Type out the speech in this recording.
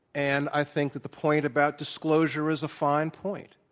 and i think that the point about disclosure is a fine point.